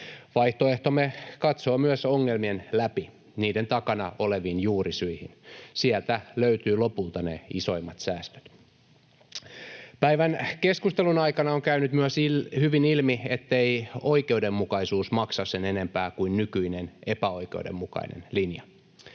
Vaihtoehtomme katsoo myös ongelmien läpi niiden takana oleviin juurisyihin. Sieltä löytyvät lopulta ne isoimmat säästöt. Päivän keskustelun aikana on käynyt myös hyvin ilmi, ettei oikeudenmukaisuus maksa sen enempää kuin nykyinen epäoikeudenmukainen linja.